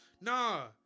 nah